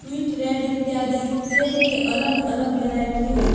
sweet red इत्यादि सेब के अलग अलग वैरायटी हय